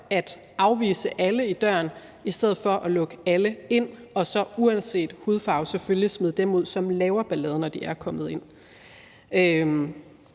at afvise alle i døren i stedet for at lukke alle ind og så, uanset hudfarve selvfølgelig, smide dem ud, som laver balladen, når de er kommet ind.